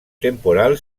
temporal